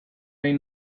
nahi